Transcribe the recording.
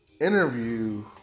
interview